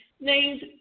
named